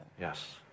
Yes